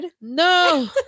no